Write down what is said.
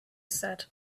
said